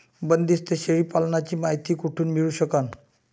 बंदीस्त शेळी पालनाची मायती कुठून मिळू सकन?